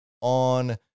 on